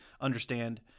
understand